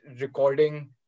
recording